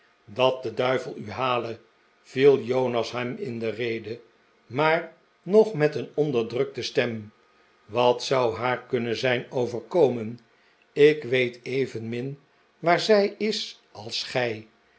dat de duivel u hale viel jonas hem in de rede maar nog met een onderdrukte stem wat zou haar kunnen zijn overkomen ik weet evenmin waar zij is als gij